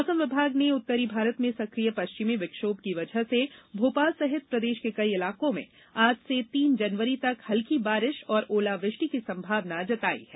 मौसम विभाग ने उत्तरी भारत में सकिय पश्चिमी विक्षोभ की वजह से भोपाल सहित प्रदेश के कई इलाकों में आज से तीन जनवरी तक हल्की बारिश और ओलावृष्टि की संभावना जताई गई है